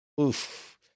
Oof